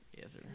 Yes